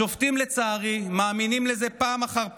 השופטים מאמינים לזה פעם אחר פעם,